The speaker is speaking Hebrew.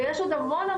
ויש עוד המון,